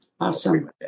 Awesome